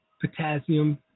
Potassium